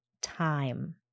time